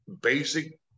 basic